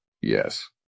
Yes